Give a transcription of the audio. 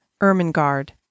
Ermengarde